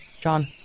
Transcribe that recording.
John